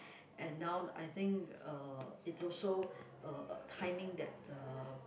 and now I think uh it also uh timing that uh